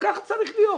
וככה צריך להיות.